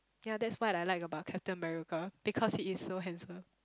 ya that's what I like about Captain-America because he is so handsome